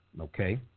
Okay